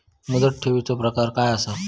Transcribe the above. मुदत ठेवीचो प्रकार काय असा?